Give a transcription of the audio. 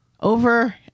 Over